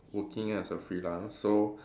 working as a freelance so